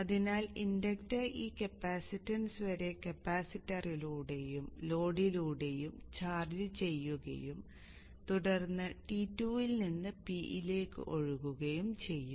അതിനാൽ ഇൻഡക്റ്റർ ഈ കപ്പാസിറ്റൻസ് വരെ കപ്പാസിറ്ററിലൂടെയും ലോഡിലൂടെയും ചാർജ് ചെയ്യുകയും തുടർന്ന് T2 ൽ നിന്ന് P ലേക്ക് ഒഴുകുകയും ചെയ്യും